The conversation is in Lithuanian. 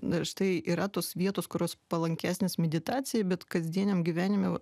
na štai yra tos vietos kurios palankesnės meditacijai bet kasdieniam gyvenime